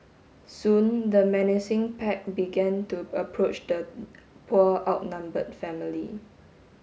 soon the menacing pack began to approach the poor outnumbered family